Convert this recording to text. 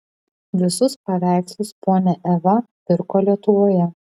visus paveikslus ponia eva pirko lietuvoje